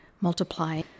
multiply